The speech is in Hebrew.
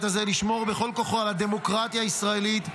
הזה לשמור בכל כוחו על הדמוקרטיה הישראלית,